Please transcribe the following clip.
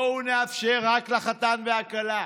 בואו נאפשר רק לחתן והכלה,